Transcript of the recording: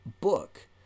book